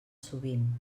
sovint